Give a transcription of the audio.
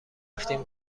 رفتیم